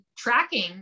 tracking